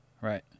Right